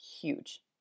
Huge